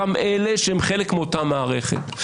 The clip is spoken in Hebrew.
אותם אלה שהם חלק מאותה מערכת.